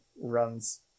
runs